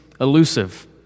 elusive